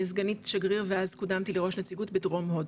סגנית שגריר ואז קודמתי לראש נציגות בדרום הודו,